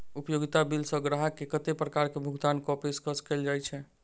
उपयोगिता बिल सऽ ग्राहक केँ कत्ते प्रकार केँ भुगतान कऽ पेशकश कैल जाय छै?